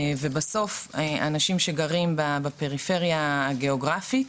ובסוף אנשים שגרים בפריפריה הגיאוגרפית